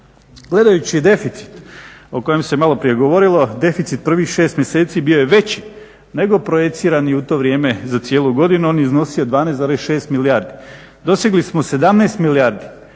Gledajući deficit o kojem se maloprije govorilo, deficit prvih 6 mjeseci bio je veći nego projicirani u to vrijeme za cijelu godinu, on je iznosio 12,6 milijardi. Dosegli smo 17 milijardi.